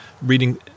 reading